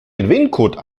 gewinncode